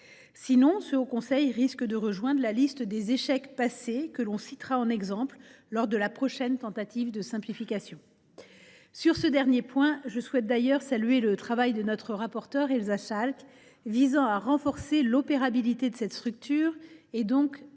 défaut, ce haut conseil risque de rejoindre la liste des échecs passés que l’on citera en exemple lors de la prochaine tentative de simplification. Sur ce dernier point, je souhaite d’ailleurs saluer le travail de notre rapporteure Elsa Schalck visant à renforcer le caractère opérationnel de cette structure – et donc